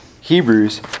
Hebrews